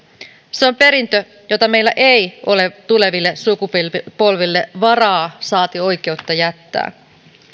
se on perintö jota meillä ei ole tuleville sukupolville varaa saati oikeutta jättää